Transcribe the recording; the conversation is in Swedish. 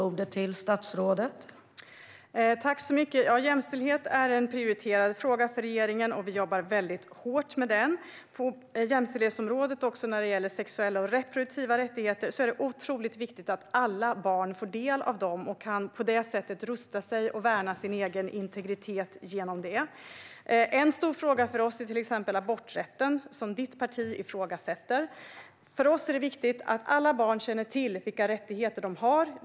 Fru talman! Jämställdhet är en prioriterad fråga för regeringen, och vi jobbar väldigt hårt med den. Vad gäller jämställdhetsområdet och sexuella och reproduktiva rättigheter är det otroligt viktigt att alla barn får del av dem och på det sättet kan rusta sig och värna sin integritet. En stor fråga för oss är exempelvis aborträtten, som Fredrik Erikssons parti ju ifrågasätter. För oss är det viktigt att alla barn, liksom vuxna, känner till vilka rättigheter de har.